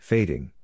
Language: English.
Fading